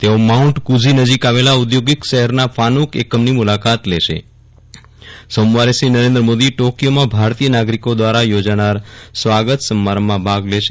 તેઓ mount Fuji નજીક આવેલા ઔદ્યોગિક શહેરના ફાનુક ઍકમની મુલાકાત લેશે સોમવારે શ્રી નરેન્દ્ર મોદી ટોકીથોમાં ભારતીય નાગરીકો દ્વારા યોજાનાર સ્વાગત સમારંભમાં ભાગ લેશે